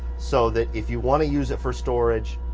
so that if you want to use it for storage,